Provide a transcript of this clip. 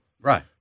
Right